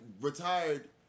retired